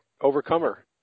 Overcomer